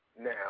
Now